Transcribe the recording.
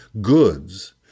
goods